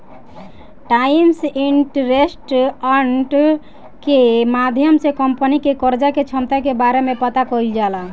times interest earned के माध्यम से कंपनी के कर्जा के क्षमता के बारे में पता कईल जाला